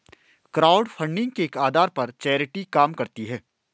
crowdfunding के आधार पर चैरिटी काम करती है